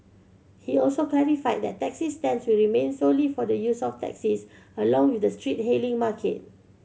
he also clarified that taxi stands will remain solely for the use of taxis along with the street hailing market